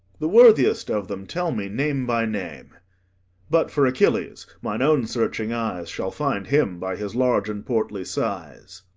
the worthiest of them tell me name by name but for achilles, my own searching eyes shall find him by his large and portly size.